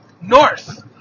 north